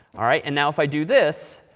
all right. and now if i do this,